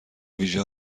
ویژه